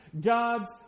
God's